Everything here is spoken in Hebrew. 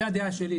זו הדעה שלי.